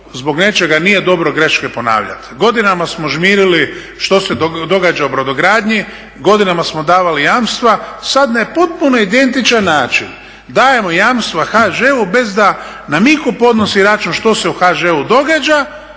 zbog nečega, nije dobro greške ponavljati. Godinama smo žmirili što se događa u brodogradnji, godinama smo davali jamstva, sad na potpuno identičan način dajemo jamstva HŽ-u bez da nam itko podnosi račun što se u HŽ-u događa